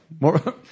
More